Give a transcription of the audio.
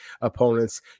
opponents